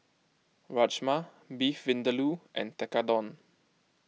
Rajma Beef Vindaloo and Tekkadon